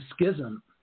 schism